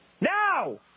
Now